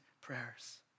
prayers